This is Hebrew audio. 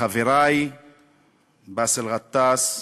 חברי באסל גטאס,